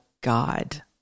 God